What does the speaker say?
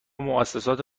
موسسات